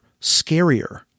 scarier